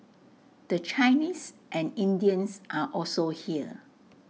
the Chinese and Indians are also here